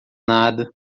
nada